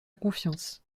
confiance